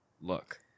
look